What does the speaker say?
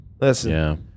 Listen